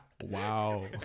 Wow